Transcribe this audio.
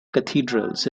cathedrals